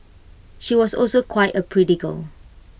she was also quite A pretty girl